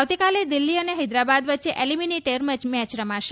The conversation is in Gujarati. આવતીકાલે દિલ્હી અને હૈદરાબાદ વચ્ચે એલીમીનેટર મેચ રમાશે